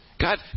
God